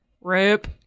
Rip